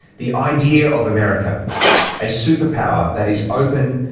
the idea of america a superpower that is open,